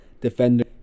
defender